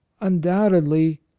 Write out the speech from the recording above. Undoubtedly